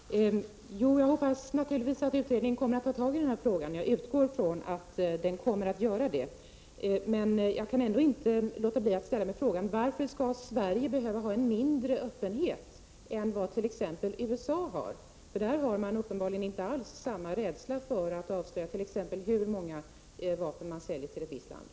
Herr talman! Jag hoppas naturligtvis att utredningen även kommer att ta upp denna fråga, och jag utgår i från att så är fallet. Jag kan emellertid ändå inte låta bli att ställa mig frågan varför Sverige skall behöva ha en mindre öppenhet än vad t.ex. USA har. I USA har man uppenbarligen inte alls samma rädsla för att t.ex. avslöja hur många vapen man säljer till ett visst land.